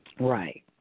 Right